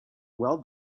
well